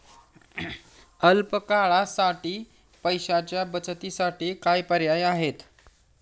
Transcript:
अल्प काळासाठी पैशाच्या बचतीसाठी काय पर्याय आहेत?